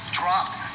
dropped